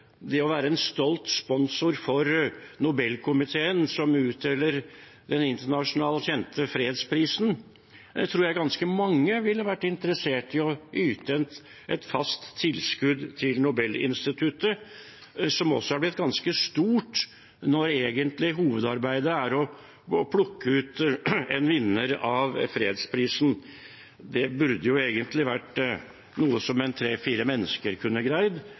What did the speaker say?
Nobelinstituttet er også blitt ganske stort når hovedarbeidet egentlig er å plukke ut en vinner av fredsprisen. Det burde egentlig vært noe som tre–fire mennesker kunne greid,